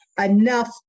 enough